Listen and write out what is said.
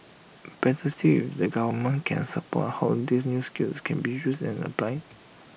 better still if the government can support how these new skills can be used and applied